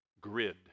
grid